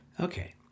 Okay